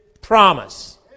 promise